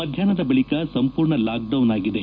ಮಧ್ಯಾಷ್ನದ ಬಳಕ ಸಂಪೂರ್ಣ ಲಾಕ್ಡೌನ್ ಆಗಿದೆ